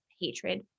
hatred